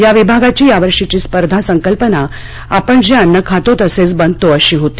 या विभागाची यावर्षीची स्पर्धा संकल्पना आपण जे अन्न खातो तसेच बनतो अशी होती